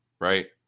right